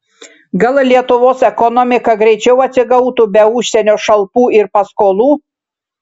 gal lietuvos ekonomika greičiau atsigautų be užsienio šalpų ir paskolų